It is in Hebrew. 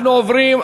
אנחנו עוברים,